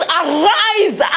arise